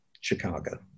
Chicago